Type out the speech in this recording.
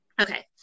Okay